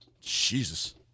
Jesus